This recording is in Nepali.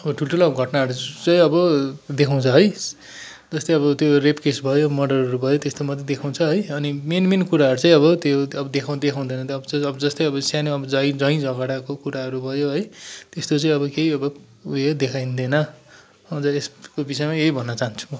अब ठुल्ठुला घटनाहरू चाहिँ अब देखाउँछ है जस्तै अब त्यो रेप केस भयो मर्डरहरू भयो त्यस्तो मात्रै देखाउँछ है अनि मेन मेन कुराहरू चाहिँ अब त्यो देखाउँ देखाउँदैन जस्तै अब सानो झै झगडाको कुराहरू भयो है त्यस्तो चाहिँ अब केही अब उयो देखाइँदैन हजुर यसको विषयमा यही भन्न चाहन्छु म